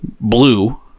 blue